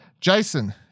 jason